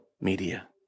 media